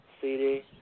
cd